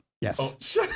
Yes